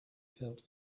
felt